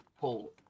pull